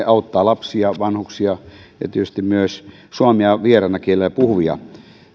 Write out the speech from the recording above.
auttaa lapsia vanhuksia ja tietysti myös suomea vieraana kielenä puhuvia